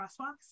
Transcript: crosswalks